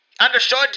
Understood